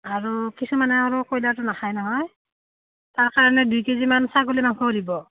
আৰু কিছুমানে আৰু কয়লাৰটো নাখায় নহয় তাৰ কাৰণে দুই কেজিমান ছাগলী মাংস দিব